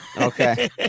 Okay